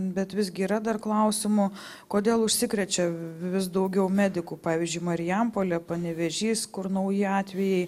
bet visgi yra dar klausimų kodėl užsikrečia vis daugiau medikų pavyzdžiui marijampolė panevėžys kur nauji atvejai